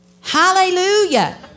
Hallelujah